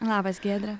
labas giedre